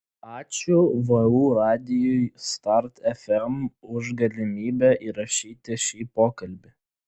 ačiū vu radijui start fm už galimybę įrašyti šį pokalbį